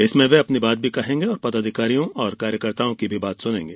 इसमें वे अपनी बात भी कहेंगे और पदाधिकारियों कार्यकर्ताओं की बात भी सुनेंगे